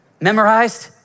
memorized